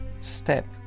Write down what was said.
step